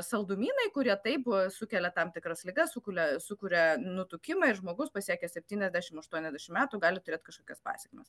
saldumynai kurie taip sukelia tam tikras ligas sukulia sukuria nutukimą ir žmogus pasiekęs septyniasdešimt aštuoniasdešimt metų gali turėt kažkokias pasekmes